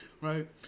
right